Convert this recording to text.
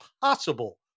possible